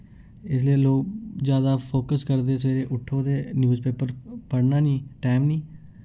इस लेई लोक जैदा फोकस करदे सवेरे उट्ठो ते न्यूजपेपर पढ़ना निं टाइम निं